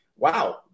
Wow